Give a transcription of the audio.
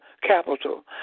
capital